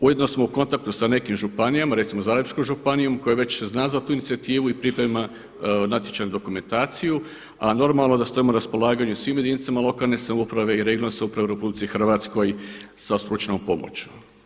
Ujedno smo u kontaktu sa nekim županijama recimo Zagrebačkom županijom koja već zna za tu inicijativu i priprema natječajnu dokumentaciju, a normalno da stojimo na raspolaganju svim jedinicama lokalne samouprave i regionalne samouprave u RH sa stručnom pomoću.